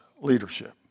Leadership